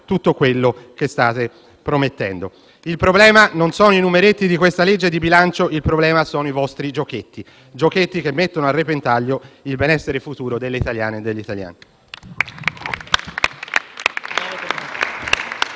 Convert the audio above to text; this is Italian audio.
tutto quello che state promettendo. Il problema non sono i numeretti di questa legge di bilancio. Il problema sono i vostri giochetti che mettono a repentaglio il benessere futuro delle italiane e degli italiani.